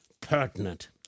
pertinent